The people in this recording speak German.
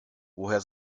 woher